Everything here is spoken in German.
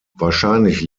wahrscheinlich